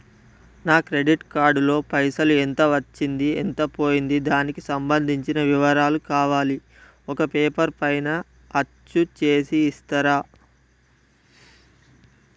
నా credit card లో పైసలు ఎంత వచ్చింది ఎంత పోయింది దానికి సంబంధించిన వివరాలు కావాలి ఒక పేపర్ పైన అచ్చు చేసి ఇస్తరా?